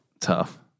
tough